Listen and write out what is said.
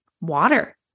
water